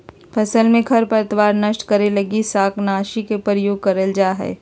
फसल में खरपतवार नष्ट करे लगी शाकनाशी के प्रयोग करल जा हइ